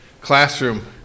classroom